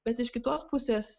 bet iš kitos pusės